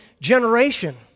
generation